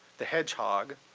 the hedgehog,